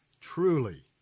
Truly